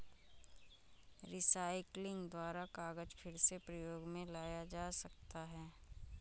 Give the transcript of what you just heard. recycling द्वारा कागज फिर से प्रयोग मे लाया जा सकता है